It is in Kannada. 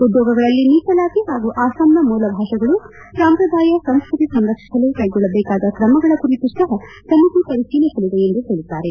ಉದ್ಯೋಗಗಳಲ್ಲಿ ಮೀಸಲಾತಿ ಹಾಗೂ ಅಸ್ಸಾಂನ ಮೂಲ ಭಾಷೆಗಳು ಸಂಪ್ರದಾಯ ಸಂಸ್ಕತಿ ಸಂರಕ್ಷಿಸಲು ಕ್ಕೆಗೊಳ್ಲಬೇಕಾದ ಕ್ರಮಗಳ ಕುರಿತು ಸಹ ಸಮಿತಿ ಪರಿಶೀಲಿಸಲಿದೆ ಎಂದು ಹೇಳಿದ್ದಾರೆ